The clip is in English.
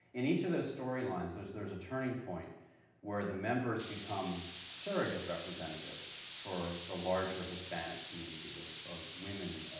in each of those story lines there's there's a turning point where the members become surrogate representatives for the larger hispanic community, or or women,